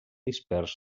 dispers